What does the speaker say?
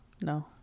No